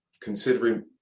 considering